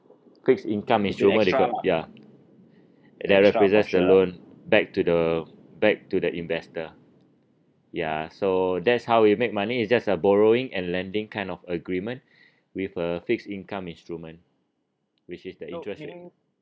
quick income instrument ya that represents the loan back to the back to the investor ya so that's how he make money it's just a borrowing and lending kind of agreement with a fixed income instrument which is the interest rate